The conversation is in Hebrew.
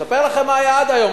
אספר לכם מה היה עד היום,